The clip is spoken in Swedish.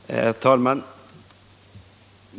Herr talman!